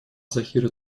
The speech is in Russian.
захира